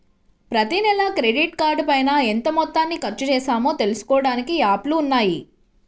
ప్రతినెలా క్రెడిట్ కార్డుపైన ఎంత మొత్తాన్ని ఖర్చుచేశామో తెలుసుకోడానికి యాప్లు ఉన్నయ్యి